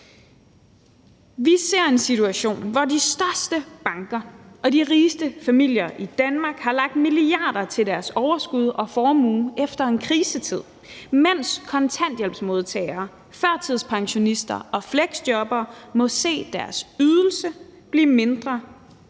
Vi ser en situation, hvor de største banker og de rigeste familier i Danmark har lagt milliarder til deres overskud og formue efter en krisetid, mens kontanthjælpsmodtagere, førtidspensionister og fleksjobbere må se deres ydelse blive mindre,